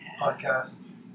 podcasts